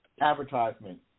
Advertisement